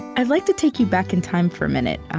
i'd like to take you back in time for a minute,